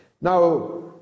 now